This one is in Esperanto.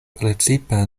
precipe